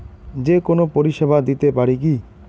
যে কোনো পরিষেবা দিতে পারি কি?